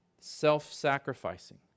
Self-sacrificing